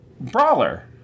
Brawler